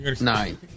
Nine